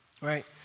Right